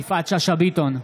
יפעת שאשא ביטון,